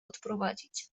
odprowadzić